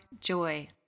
joy